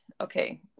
okay